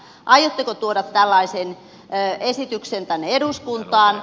aiotteko tuoda tällaisen esityksen tänne eduskuntaan